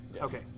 Okay